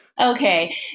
Okay